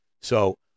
So-